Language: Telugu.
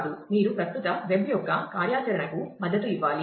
మీరు ప్రస్తుత వెబ్ యొక్క కార్యాచరణకు మద్దతు ఇవ్వాలి